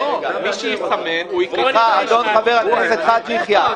מי שיסמן הוא --- סליחה חבר הכנסת חאג' יחיא,